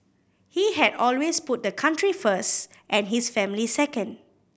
he had always put the country first and his family second